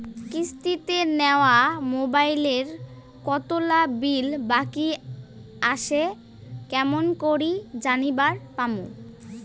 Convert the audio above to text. কিস্তিতে নেওয়া মোবাইলের কতোলা বিল বাকি আসে কেমন করি জানিবার পামু?